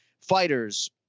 fighters